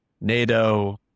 NATO